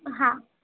હા